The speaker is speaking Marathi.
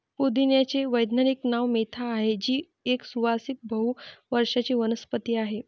पुदिन्याचे वैज्ञानिक नाव मेंथा आहे, जी एक सुवासिक बहु वर्षाची वनस्पती आहे